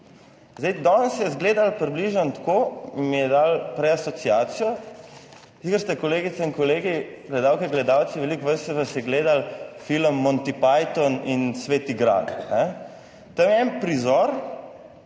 Zdaj danes je izgledalo približno tako, mi je dalo preasociacijo. Kar ste, kolegice in kolegi, gledalke in gledalci, veliko vas se vas je, gledali, film Monty Python in sveti gral ne. Tam je en prizor,